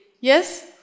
Yes